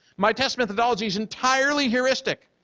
my test methodology is entirely heuristic.